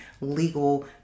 legal